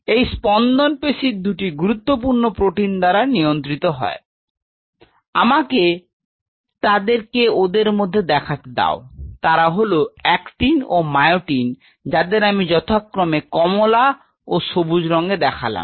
এই স্পন্দন পেশির দুটি গুরুত্বপূর্ণ প্রোটিন দ্বারা নিয়ন্ত্রিত হয় আমাকে তাদেরকে ওদের মধ্যে দেখাতে দাও তারা হল অ্যাকটিন ও মায়োসিন যাদের আমি যথাক্রমে কমলা এবং সবুজ রঙে দেখালাম